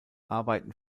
arbeiten